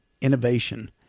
innovation